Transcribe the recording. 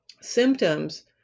symptoms